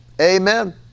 Amen